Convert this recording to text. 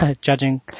judging